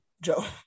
Joe